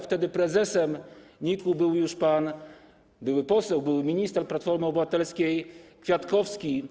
Wtedy prezesem NIK był już były poseł, były minister Platformy Obywatelskiej, pan Kwiatkowski.